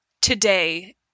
today